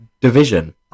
Division